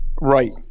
right